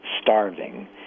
starving